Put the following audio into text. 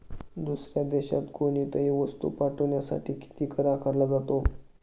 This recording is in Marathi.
दुसऱ्या देशात कोणीतही वस्तू पाठविण्यासाठी किती कर आकारला जातो?